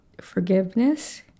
forgiveness